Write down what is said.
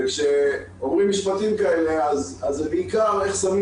וכשאומרים משפטים כאלה זה בעיקר איך שמים